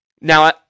Now